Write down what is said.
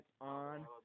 on